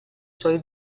suoi